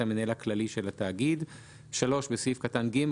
המנהל הכללי של התאגיד.'; (3) בסעיף קטן (ג),